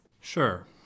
Sure